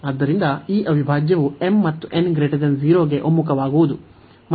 ಆದ್ದರಿಂದ ಈ ಅವಿಭಾಜ್ಯವು m ಮತ್ತು n 0 ಗೆ ಒಮ್ಮುಖವಾಗುವುದು